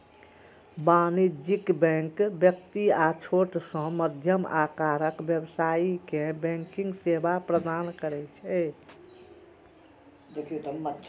वाणिज्यिक बैंक व्यक्ति आ छोट सं मध्यम आकारक व्यवसायी कें बैंकिंग सेवा प्रदान करै छै